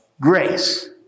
grace